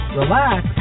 relax